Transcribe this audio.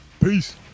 Peace